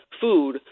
food